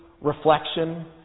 reflection